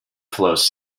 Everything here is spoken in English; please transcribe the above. flows